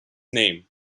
name